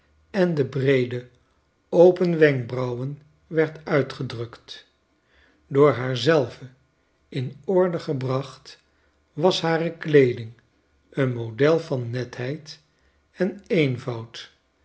en de breede open wenkbrauwen werd uitgedrukt door haar zelve in orde gebracht was hare kleeding een model van netheid en eenvoud